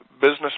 business